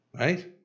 Right